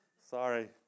Sorry